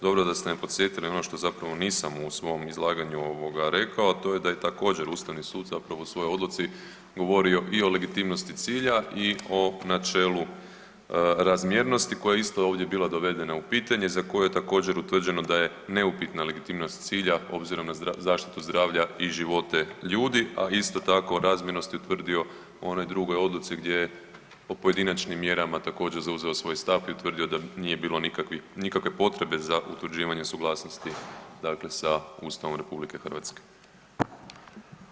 Dobro da ste me podsjetili ono što zapravo nisam u svom izlaganju rekao, a to je da je također Ustavni sud zapravo u svojoj odluci govorio i o legitimnosti cilja i o načelu razmjernosti, koja je isto ovdje bila dovedena u pitanje za koje je također utvrđeno da je neupitna legitimnost cilja obzirom na zaštitu zdravlja i živote ljudi, a isto tako razmjernost je utvrdio u onoj drugoj odluci gdje o pojedinačnim mjerama je također zauzeo svoj stav i utvrdio da nije bilo nikakve potrebe za utvrđivanje suglasnosti sa Ustavom Republike Hrvatske.